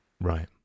right